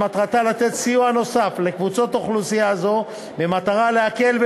שמטרתה לתת סיוע נוסף לקבוצת אוכלוסייה זו במטרה להקל עליה,